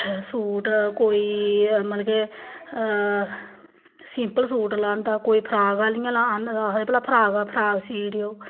suit कोई एह् मतलब के सिंपल सूट लांदा कोई फ्राक आह्लियां आखदा भला फ्राक ऐ फ्राक सी ओड़ेओ